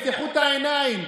תפתחו את העיניים.